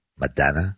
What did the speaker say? Madonna